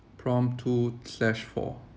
prom two slash four